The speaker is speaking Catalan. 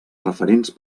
referents